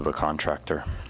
of a contractor